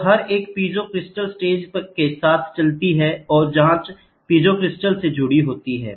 और हर एक पेइज़ो क्रिस्टल स्टेज के साथ चलती है या जांच पेइज़ो क्रिस्टल से जुड़ी होती है